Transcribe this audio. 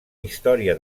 història